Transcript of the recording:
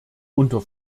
unter